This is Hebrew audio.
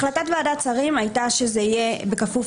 החלטת ועדת שרים הייתה שזה יהיה בכפוף